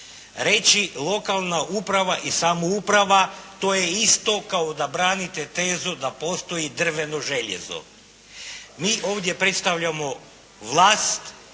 Reći lokalna uprava i samouprava to je isto kao da branite tezu da postoji drveno željezo. Mi ovdje predstavljamo vlast.